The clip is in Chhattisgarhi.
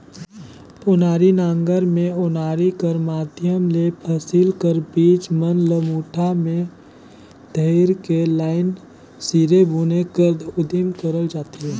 ओनारी नांगर मे ओनारी कर माध्यम ले फसिल कर बीज मन ल मुठा मे धइर के लाईन सिरे बुने कर उदिम करल जाथे